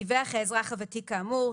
דיווח האזרח הוותיק כאמור,